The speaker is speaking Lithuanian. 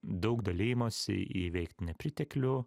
daug dalijimosi įveikt nepriteklių